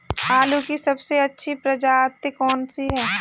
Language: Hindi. आलू की सबसे अच्छी प्रजाति कौन सी है?